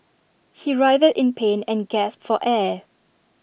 he writhed in pain and gasped for air